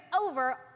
over